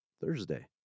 Thursday